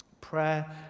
Prayer